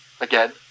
again